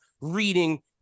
reading